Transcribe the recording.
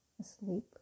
asleep